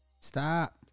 Stop